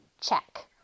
check